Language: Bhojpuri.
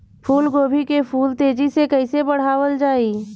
फूल गोभी के फूल तेजी से कइसे बढ़ावल जाई?